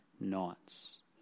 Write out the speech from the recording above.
nights